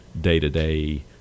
day-to-day